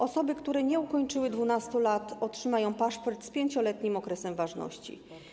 Osoby, które nie ukończyły 12 lat, otrzymają paszport z 5-letnim okresem ważności.